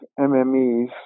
MMEs